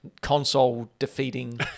console-defeating